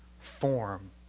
form